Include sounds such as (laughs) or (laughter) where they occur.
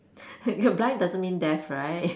(laughs) blind doesn't mean deaf right